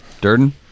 Durden